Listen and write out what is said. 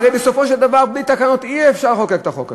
הרי בסופו של דבר בלי תקנות אי-אפשר לחוקק את החוק הזה.